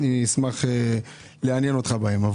אני אשמח לעניין אותך בהם.